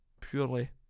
purely